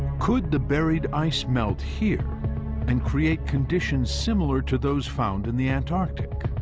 could the buried ice melt here and create conditions similar to those found in the antarctic?